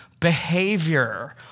behavior